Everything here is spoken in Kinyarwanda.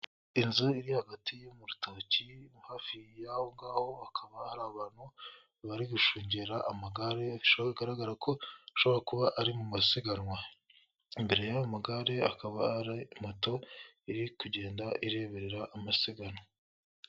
Inzu iri hagati yo mu rutoki hafi y'aho ngaho hakaba hari abantu bari gushungera amagare bigaragara ko ishobora kuba ari mu masiganwa, imbere y'ayo magare hakaba hari moto iri kugenda ireberera amasiganwa.